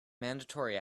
mandatory